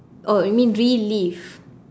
oh you mean relive